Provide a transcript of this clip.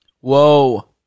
Whoa